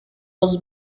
was